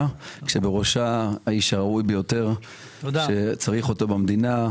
שבראשה האיש הראוי ביותר שצריך אותו במדינה.